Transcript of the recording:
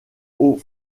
aux